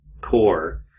Core